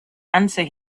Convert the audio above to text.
answer